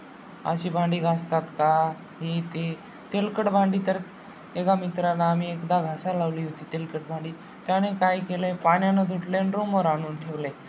अशी भांडी घासतात का ही ते तेलकट भांडी तर एका मित्राला आम्ही एकदा घासायला लावली होती तेलकट भांडी त्याने काय केलं आहे पाण्यानं धुतलं आहे अन रूमवर आणून ठेवलं आहे